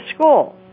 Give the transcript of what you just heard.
school